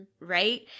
Right